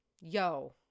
yo